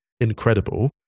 incredible